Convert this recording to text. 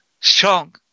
strong